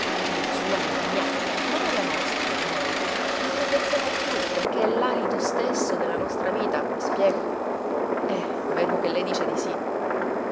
nella sua nella mia ma nella nostra noi non lavvertiamo più per ché è lalito stesso della nostra vita mi spiego eh vedo che lei dice di sì